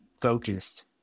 focused